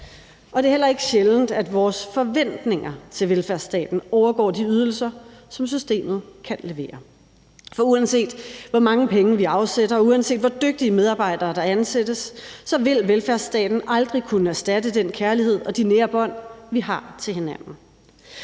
Og det er heller ikke sjældent, at vores forventninger til velfærdsstaten overgår de ydelser, som systemet kan levere. For uanset hvor mange penge vi afsætter, og uanset hvor dygtige medarbejdere der ansættes, vil velfærdsstaten aldrig kunne erstatte den kærlighed og de nære bånd, vi har til hinanden.